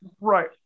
right